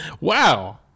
Wow